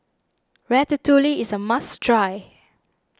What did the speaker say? Ratatouille is a must try